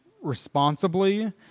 responsibly